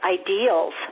ideals